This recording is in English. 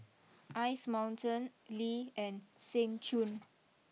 Ice Mountain Lee and Seng Choon